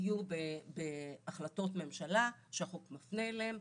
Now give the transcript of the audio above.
הם יהיו בהחלטות ממשלה שהחוק מפנה אליהם,